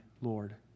Lord